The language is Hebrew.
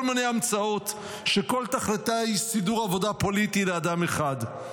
ועוד כל מיני המצאות שכל תכליתן היא סידור עבודה פוליטי לאדם אחד,